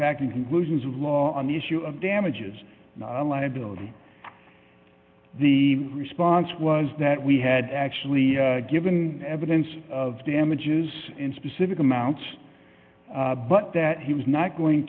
repacking conclusions of law on the issue of damages not a liability the response was that we had actually given evidence of damages in specific amounts but that he was not going